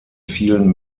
fielen